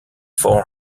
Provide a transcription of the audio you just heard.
four